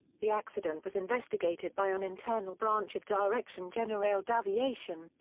the accident was investigated by an internal branch of direction generale d'aviation,